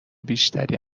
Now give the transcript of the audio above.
بیشتری